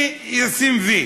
אני אשים "וי",